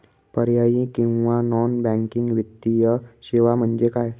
पर्यायी किंवा non banking वित्तीय सेवा म्हणजे काय?